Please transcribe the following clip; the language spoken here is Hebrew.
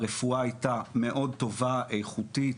הרפואה הייתה מאוד טובה, איכותית.